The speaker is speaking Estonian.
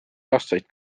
aastaid